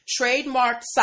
trademarked